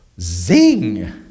Zing